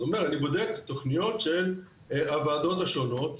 אז הוא אומר אני בודק תכניות של הוועדות השונות.